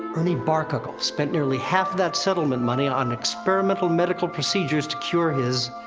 ernie barguckle spent nearly half that settlement money on experimental medical procedures to cure his.